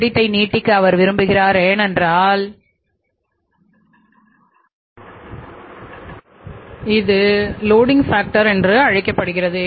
இது ஏற்றுதல் காரணி லோடிங் ஃபேக்டர் என்று அழைக்கப்படுகிறது